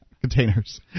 Containers